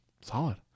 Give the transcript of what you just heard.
solid